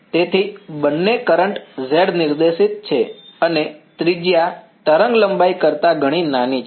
તેથી બંને current z નિર્દેશિત છે અને ત્રિજ્યા તરંગલંબાઇ કરતાં ઘણી નાની છે